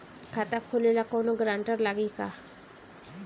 खाता खोले ला कौनो ग्रांटर लागी का?